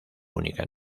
única